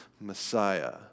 Messiah